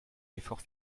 l’effort